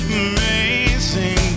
amazing